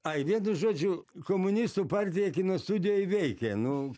ai vienu žodžiu komunistų partija kino studijoj veikė nu